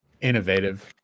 Innovative